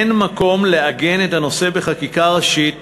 אין מקום לעגן את הנושא בחקיקה ראשית